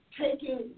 taking